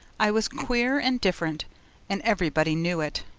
i was queer and different and everybody knew it.